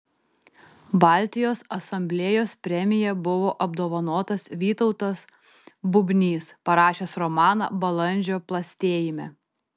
baltijos asamblėjos premija buvo apdovanotas vytautas bubnys parašęs romaną balandžio plastėjime